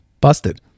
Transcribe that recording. busted